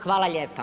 Hvala lijepa.